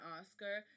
Oscar